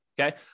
Okay